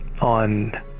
on